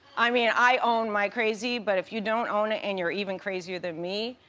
i mean, i own my crazy, but if you don't own it and you're even crazier than me,